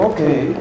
Okay